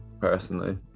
personally